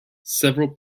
several